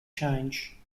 change